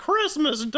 Christmas